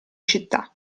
città